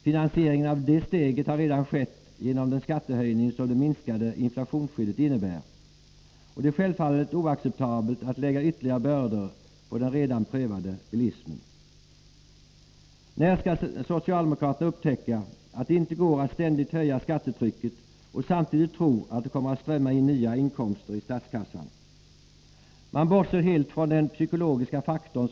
Finansieringen av det steget har redan skett genom den skattehöjning som det minskade inflationsskyddet innebär, och det är självfallet oacceptabelt att lägga ytterligare bördor på den redan prövade bilismen. När skall socialdemokraterna upptäcka att det inte går att ständigt höja skattetrycket och samtidigt tro att det kommer att strömma in nya inkomster i statskassan? Man bortser helt från den psykologiska faktorn.